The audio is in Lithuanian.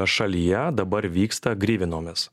šalyje dabar vyksta grivinomis